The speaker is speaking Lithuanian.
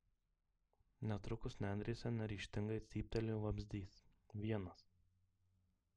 netrukus nendrėse neryžtingai cyptelėjo vabzdys vienas